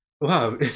Wow